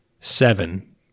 Seven